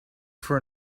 for